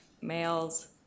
males